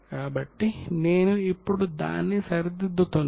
కాబట్టి నేను ఇప్పుడు దాన్ని సరిదిద్దుకున్నాను